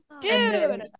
Dude